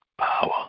power